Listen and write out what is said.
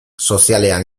sozialean